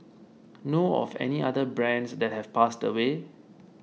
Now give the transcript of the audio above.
know of any other brands that have passed away